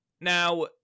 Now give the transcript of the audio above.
Now